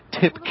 Tip